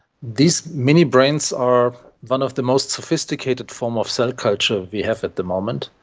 these mini brains are one of the most sophisticated forms of cell culture we have at the moment,